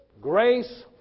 grace